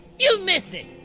you missed it.